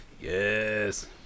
Yes